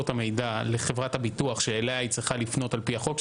את המידע לחברת הביטוח שאליה היא צריכה לפנות על פי החוק,